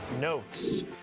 notes